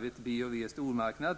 B & W Stormarknad.